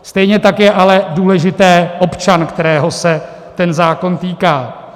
Stejně tak je ale důležitý občan, kterého se ten zákon týká.